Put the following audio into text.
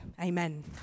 amen